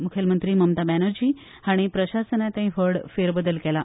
मुख्यमंत्री ममता बॅनर्जी हांणी प्रशसनांतूय व्हड फेरबदल केला